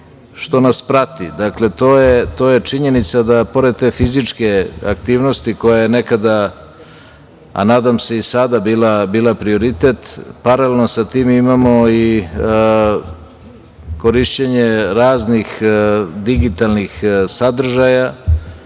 što nas prati, to je činjenica, da pored te fizičke aktivnosti koja je nekada, a nadam se i sada bila prioritet, paralelno sa tim imamo i korišćenje raznih digitalnih sadržaja,